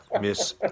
miss